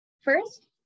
First